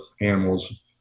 animals